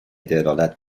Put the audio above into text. دلالت